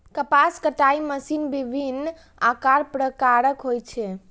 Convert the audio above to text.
कपास कताइ मशीन विभिन्न आकार प्रकारक होइ छै